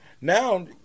Now